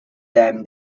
them